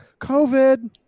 COVID